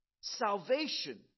salvation